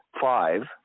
five